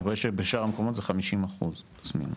אני רואה שבשאר המקומות זה 50% פלוס מינוס.